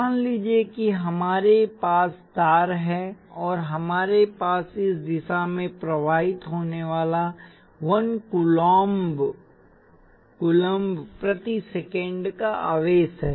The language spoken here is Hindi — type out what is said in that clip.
मान लीजिए कि हमारे पास तार है और हमारे पास इस दिशा में प्रवाहित होने वाला 1 कूलम्ब प्रति सेकंड का आवेश है